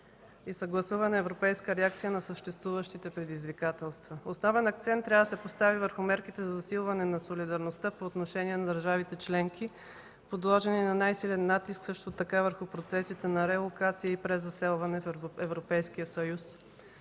и съгласувана европейска реакция на съществуващите предизвикателства. Основен акцент трябва да се постави върху мерките и засилване на солидарността по отношение на държавите членки, подложени на най-силен натиск също така върху процесите на релокация и презаселване в Европейския съюз.